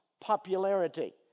popularity